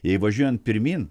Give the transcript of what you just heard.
jei važiuojant pirmyn